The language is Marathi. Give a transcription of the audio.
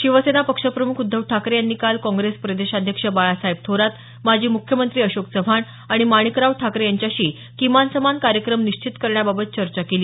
शिवसेना पक्षप्रमुख उद्धव ठाकरे यांनी काल काँग्रेस प्रदेशाध्यक्ष बाळासाहेब थोरात माजी मुख्यमंत्री अशोक चव्हाण आणि माणिकराव ठाकरे यांच्याशी किमान समान कार्यक्रम निश्चित करण्याबाबत चर्चा केली